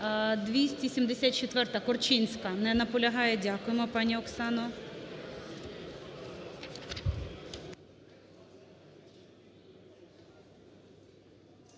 274-а, Корчинська. Не наполягає. Дякуємо, пані Оксано.